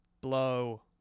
blow